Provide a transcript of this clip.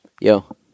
Yo